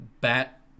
bat